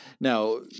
Now